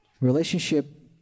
Relationship